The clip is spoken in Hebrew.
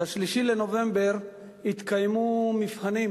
ב-3 בנובמבר התקיימו מבחנים,